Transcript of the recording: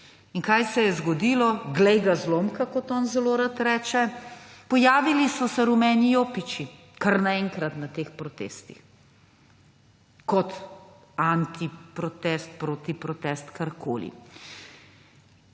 In kaj se je zgodilo? Glej ga zlomka, kot on zelo rad reče, pojavili so se rumeni jopiči kar naenkrat na teh protestih. Kot antiprotest, protiprotest, karkoli.